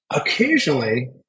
Occasionally